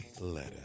letter